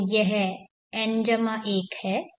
तो यह n 1 है